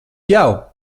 jau